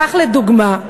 כך, לדוגמה,